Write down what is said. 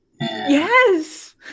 yes